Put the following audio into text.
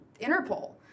Interpol